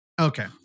Okay